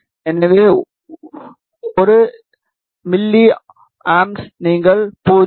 எனவே 1 M A க்கு நீங்கள் 0